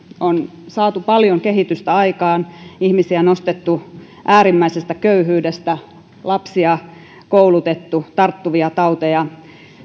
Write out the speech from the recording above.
on saatu paljon kehitystä aikaan ihmisiä nostettu äärimmäisestä köyhyydestä lapsia koulutettu tarttuvia tauteja